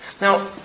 Now